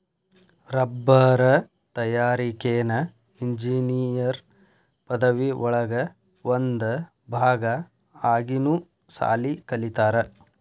ರಬ್ಬರ ತಯಾರಿಕೆನ ಇಂಜಿನಿಯರ್ ಪದವಿ ಒಳಗ ಒಂದ ಭಾಗಾ ಆಗಿನು ಸಾಲಿ ಕಲಿತಾರ